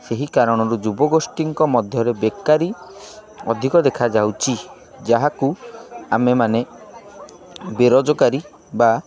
ସେହି କାରଣରୁ ଯୁବଗୋଷ୍ଠୀଙ୍କ ମଧ୍ୟରେ ବେକାରି ଅଧିକ ଦେଖାଯାଉଚି ଯାହାକୁ ଆମେମାନେ ବେରୋଜଗାରୀ ବା